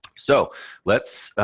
so let's